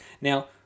Now